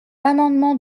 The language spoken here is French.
amendement